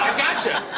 gotcha.